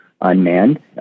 unmanned